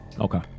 Okay